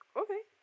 okay